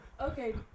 Okay